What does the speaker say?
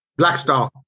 Blackstar